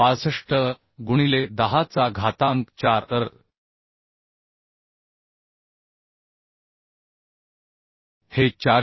62 गुणिले 10 चा घातांक 4 तर हे 406